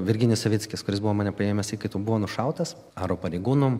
virginijus savickis kuris buvo mane paėmęs įkaitu buvo nušautas aro pareigūnų